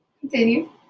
continue